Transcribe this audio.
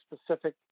specific